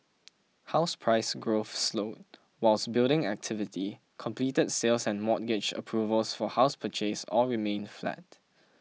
house price grow for slowed whilst building activity completed sales and mortgage approvals for house purchase all remained flat